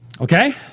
Okay